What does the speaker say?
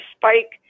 spike